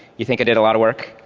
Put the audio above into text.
you think i did a lot of work?